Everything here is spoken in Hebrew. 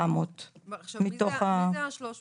מי אלה ה-300